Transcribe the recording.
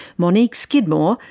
monique skidmore,